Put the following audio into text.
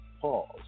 pause